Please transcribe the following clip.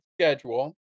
schedule